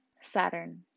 Saturn